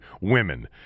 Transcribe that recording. women